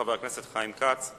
חבר הכנסת חיים כץ.